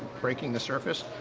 breaking the surface.